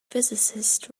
physicist